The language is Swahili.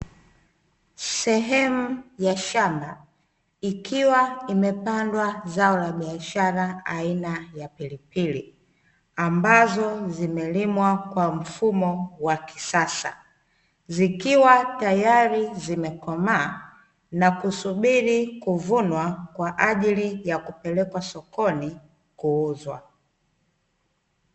Sehemu ya shamba, ikiwa imepandwa zao la biashara aina ya pilipili ambazo zimelimwa kwa mfumo wa kisasa, zikiwa tayari zimekomaa na kusubiri kuvunwa kwa ajili ya kupelekwa sokoni kuuzwa.